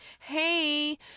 Hey